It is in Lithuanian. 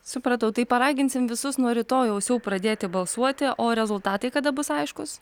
supratau tai paraginsim visus nuo rytojaus jau pradėti balsuoti o rezultatai kada bus aiškūs